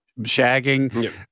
shagging